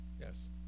yes